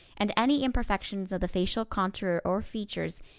and any imperfections of the facial contour or features,